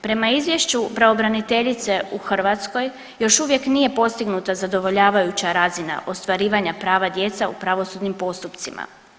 Prema izvješću pravobraniteljice u Hrvatskoj još uvijek nije postignuta zadovoljavajuća razina ostvarivanja prava djece u pravosudnim postupcima.